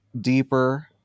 deeper